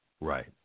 Right